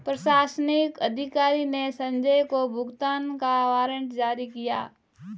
प्रशासनिक अधिकारी ने संजय को भुगतान का वारंट जारी किया